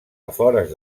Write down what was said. afores